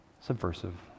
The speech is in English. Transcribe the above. subversive